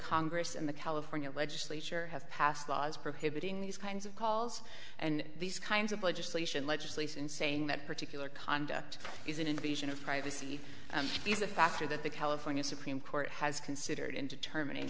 congress and the california legislature have passed laws prohibiting these kinds of calls and these kinds of legislation legislation saying that particular conduct is an invasion of privacy and these a factor that the california supreme court has considered in determining